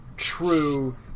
True